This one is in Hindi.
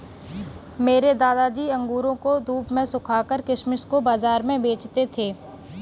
मेरे दादाजी अंगूरों को धूप में सुखाकर किशमिश को बाज़ार में बेचते थे